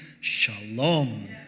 shalom